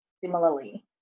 similarly